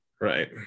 Right